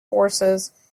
forces